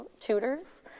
tutors